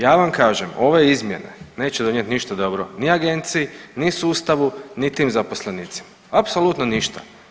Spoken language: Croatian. Ja vam kažem ove izmjene neće donijeti ništa dobro ni agenciji, ni sustavu, ni tim zaposlenicima, apsolutno ništa.